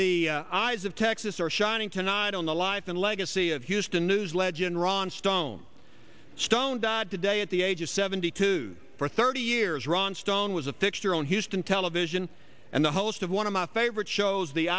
eyes of texas are shining tonight on the life and legacy of houston news legend ron stone stone died today at the age of seventy two for thirty years ron stone was a fixture own houston television and the host of one of my favorite shows the